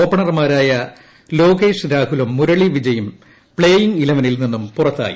ഓപ്പണർമാരായ ലോകേഷ് രാഹുലും മുരളി വിജയും പ്ലേയിംഗ് ഇലവനിൽ നിന്നും പുറത്തായി